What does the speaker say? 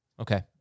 Okay